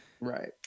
right